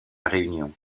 réunion